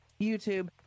YouTube